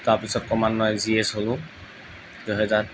তাৰপিছত ক্ৰমান্বয়ে জি এচ হ'লোঁ দুহেজাৰ